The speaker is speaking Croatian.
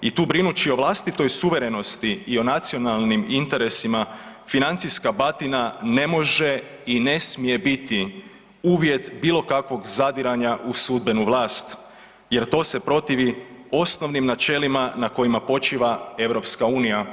I tu brinući o vlastitoj suverenosti i o nacionalnim interesima financijska batina ne može i ne smije biti uvjet bilo kakvog zadiranja u sudbenu vlast, jer to se protivi osnovnim načelima na kojima počiva EU.